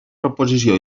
proposició